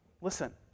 Listen